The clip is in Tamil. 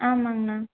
ஆமாம்ங்கண்ணா